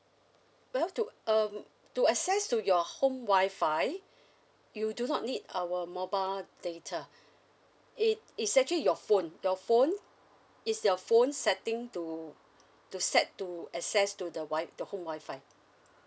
we have to um to access to your home Wi-Fi you do not need our mobile data it is actually your phone your phone it's your phone setting to to set to access to the wi~ the home Wi-Fi